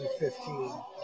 2015